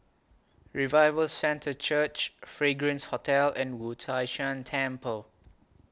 Revival Centre Church Fragrance Hotel and Wu Tai Shan Temple